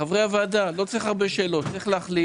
אבל הנפקת רישיון זה שונה מהיחידה לקנביס